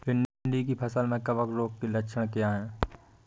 भिंडी की फसल में कवक रोग के लक्षण क्या है?